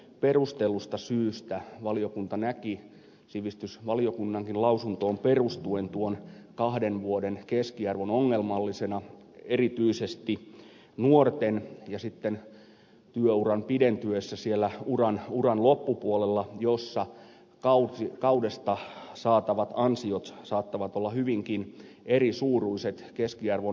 perustellusta syystä valiokunta näki sivistysvaliokunnankin lausuntoon perustuen tuon kahden vuoden keskiarvon ongelmallisena erityisesti nuorten kohdalla ja sitten työuran pidentyessä siellä uran loppupuolella jossa kaudesta saatavat ansiot saattavat olla hyvinkin eri suuruiset